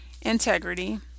integrity